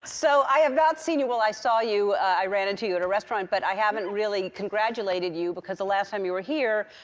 so i have not seen you. well, i saw you i ran into you at a restaurant. but i haven't really congratulated you because the last time you were here,